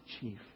chief